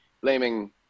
blaming